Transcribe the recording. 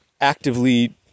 actively